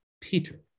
Peter